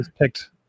picked